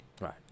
right